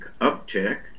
uptick